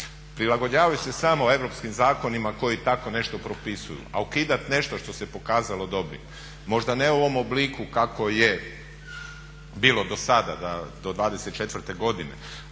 Prilagođavaju se samo europskim zakonima koji tako nešto propisuju, a ukidati nešto što se pokazalo dobrim, možda ne u ovom obliku kako je bilo do sada do 24.godine,a